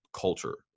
culture